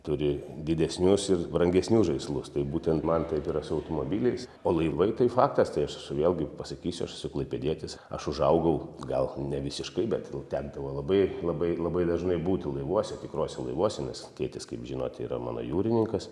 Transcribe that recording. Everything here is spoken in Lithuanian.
turi didesnius ir brangesnius žaislus tai būtent man taip yra su automobiliais o laivai tai faktas tai aš vėlgi pasakysiu aš esu klaipėdietis aš užaugau gal nevisiškai bet ten tekdavo labai labai labai dažnai būti laivuose tikruose laivuose nes tėtis kaip žinote yra mano jūrininkas